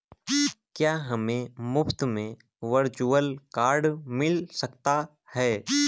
क्या हमें मुफ़्त में वर्चुअल कार्ड मिल सकता है?